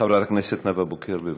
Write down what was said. חברת הכנסת נאוה בוקר, בבקשה,